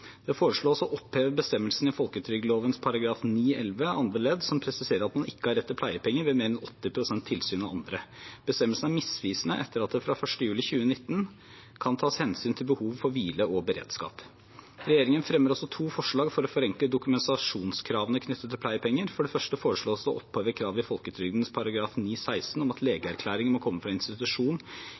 Det foreslås å oppheve bestemmelsen i folketrygdloven § 9-11 andre ledd som presiserer at man ikke har rett til pleiepenger ved mer enn 80 pst. tilsyn av andre. Bestemmelsen er misvisende etter at det fra 1. juli 2019 kan tas hensyn til behov for hvile og beredskap. Regjeringen fremmer også to forslag for å forenkle dokumentasjonskravene knyttet til pleiepenger. For det første foreslås det å oppheve kravet i folketrygdloven § 9-16 om at legeerklæring må komme fra institusjon